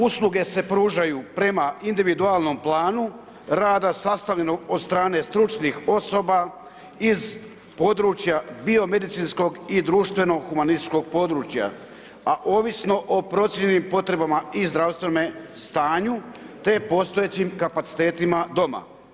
Usluge se pružaju prema individualnom planu rada sastavljanom od strane stručnih osoba iz područja biomedicinskog i društvenog humanističkog područja, a ovisno o procjeni, potrebama i zdravstvenome stanju te postojećim kapacitetima doma.